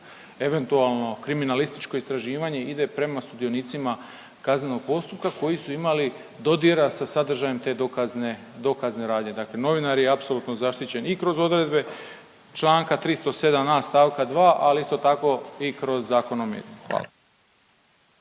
eventualno kriminalističko istraživanje ide prema sudionicima kaznenog postupka koji su imali dodira sa sadržajem te dokazne, dokazne radnje. Dakle novinar je apsolutno zaštićen i kroz odredbe čl. 307.a st. 2, ali isto tako i kroz Zakon o medijima.